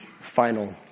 final